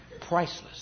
priceless